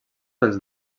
pels